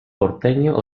porteño